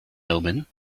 omen